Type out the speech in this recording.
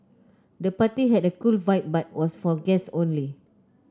the party had a cool vibe but was for guests only